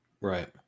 Right